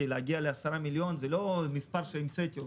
להגיע ל-10 מיליון זה לא מספר שהמצאתי,